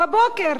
בבוקר.